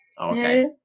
Okay